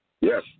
Yes